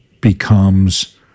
becomes